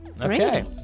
Okay